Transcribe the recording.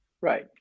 Right